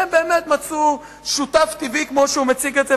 הם באמת מצאו שותף טבעי כמו שהוא מציג את זה,